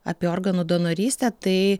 apie organų donorystę tai